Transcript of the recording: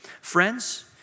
Friends